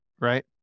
right